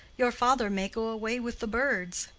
your father may go away with the birds.